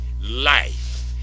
life